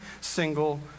single